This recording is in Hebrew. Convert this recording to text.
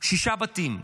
שישה בתים,